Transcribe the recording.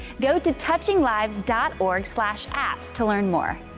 go to touchinglives dot org slash apps to learn more.